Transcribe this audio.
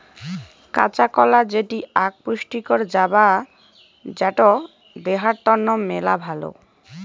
কাঁচা কলা যেটি আক পুষ্টিকর জাবা যেটো দেহার তন্ন মেলা ভালো